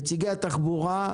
נציגי התחבורה,